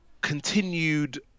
continued